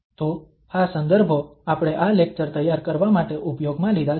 તો આ સંદર્ભો આપણે આ લેક્ચર તૈયાર કરવા માટે ઉપયોગમાં લીધા છે